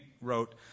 wrote